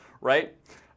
Right